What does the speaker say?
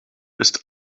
ist